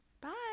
Bye